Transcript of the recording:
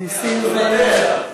נסים זאב.